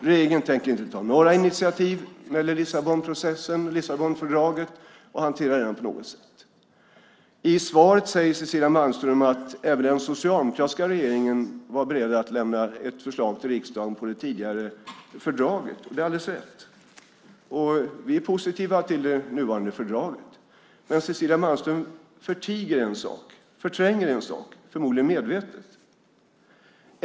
Regeringen tänker inte ta några initiativ när det gäller Lissabonprocessen och Lissabonfördraget och inte hantera detta på något sätt. I svaret säger Cecilia Malmström att även den socialdemokratiska regeringen var beredd att lämna ett förslag till riksdagen om det tidigare fördraget. Det är alldeles rätt. Vi är positiva till det nuvarande fördraget. Men Cecilia Malmström förtiger och förtränger en sak - förmodligen medvetet.